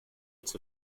its